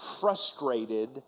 frustrated